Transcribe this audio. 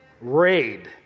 Raid